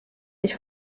ich